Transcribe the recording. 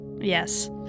Yes